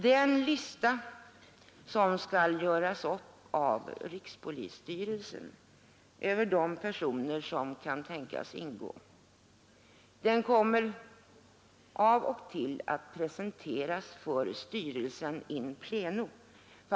Den personlista som skall göras upp av rikspolisstyrelsen över de personer som kan tänkas ingå kommer av och till att presenteras för styrelsen in pleno.